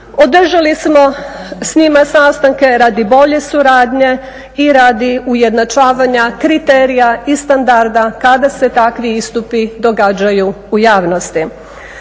Održali smo s njima sastanke radi bolje suradnje i radi ujednačavanja kriterija i standarda kada se takvi istupi događaju u javnosti.